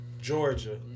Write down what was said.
Georgia